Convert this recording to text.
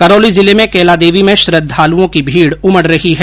करौली जिले में कैला देवी में श्रृद्वालुओं की भीड उमड रही है